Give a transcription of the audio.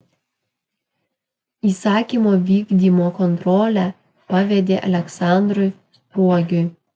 įsakymo vykdymo kontrolę pavedė aleksandrui spruogiui